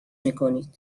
میکنید